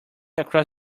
across